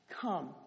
Come